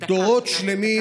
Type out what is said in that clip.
דורות שלמים,